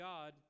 God